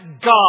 God